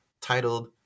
titled